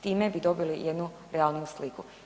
Time bi dobili jednu realniju sliku.